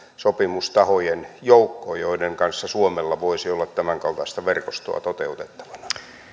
sopimustahojen joukkoon joiden kanssa suomella voisi olla tämänkaltaista verkostoa toteutettavana